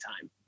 time